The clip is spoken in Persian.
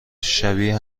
شبیه